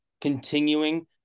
continuing